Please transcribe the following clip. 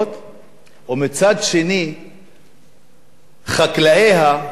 ומצד שני חקלאיה יפשטו את הרגל.